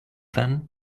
then